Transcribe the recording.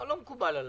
לא מקובלות עליי,